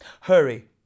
Hurry